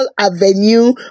avenue